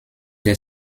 der